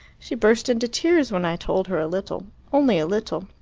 she burst into tears when i told her a little, only a little,